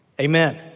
Amen